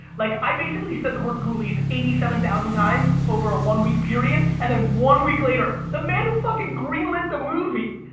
like i basically said the word ghoulies eighty seven thousand times over a one week period, and then one week later, the man who fucking green lit the movie,